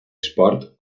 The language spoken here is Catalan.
esport